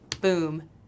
boom –